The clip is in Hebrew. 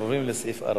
1, כהצעת הוועדה,